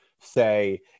say